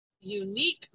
unique